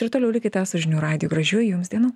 ir toliau likite su žinių radiju gražių jums dienų